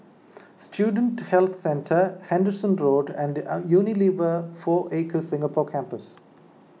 Student Health Centre Henderson Road and Unilever four Acres Singapore Campus